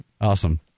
awesome